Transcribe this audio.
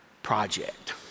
project